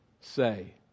say